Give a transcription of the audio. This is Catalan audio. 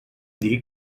dir